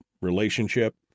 relationship